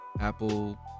Apple